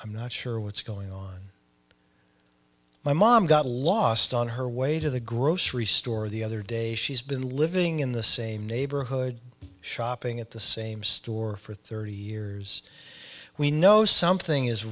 i'm not sure what's going on my mom got lost on her way to the grocery store the other day she's been living in the same neighborhood shopping at the same store for thirty years we know something is